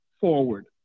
forward